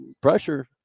pressure